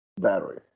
battery